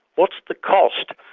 what's the cost?